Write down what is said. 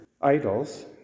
idols